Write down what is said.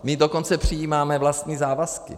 My dokonce přijímáme vlastní závazky.